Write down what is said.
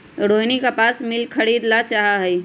रोहिनी कपास मिल खरीदे ला चाहा हई